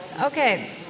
Okay